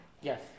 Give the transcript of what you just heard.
Yes